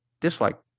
dislike